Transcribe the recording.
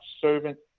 servant